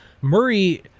Murray